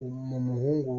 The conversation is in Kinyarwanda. muhungu